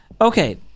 Okay